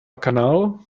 canal